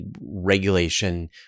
regulation